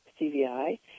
CVI